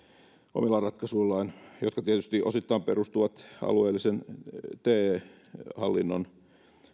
omilla ratkaisuillaan jotka tietysti osittain perustuvat alueellisen te hallinnon